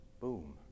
Boom